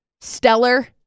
Stellar